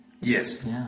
Yes